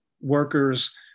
workers